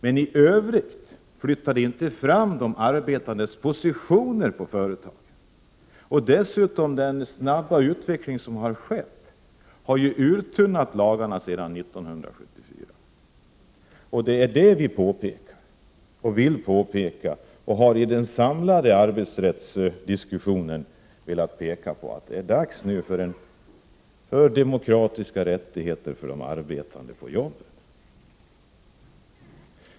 Men i övrigt flyttar den inte fram de arbetandes positioner på företagen. Den snabba utveckling som skett har dessutom uttunnat lagarna sedan 1974. Det är detta vi från vpk påpekar, och det är detta vi i den samlade arbetsrättsdiskussionen har velat peka på. Vi menar att det nu är dags för demokratiska rättigheter för de arbetande på jobbet.